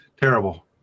terrible